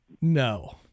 no